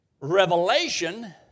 Revelation